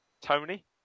Tony